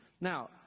Now